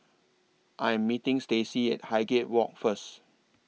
I Am meeting Stacey At Highgate Walk First